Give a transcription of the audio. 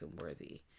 worthy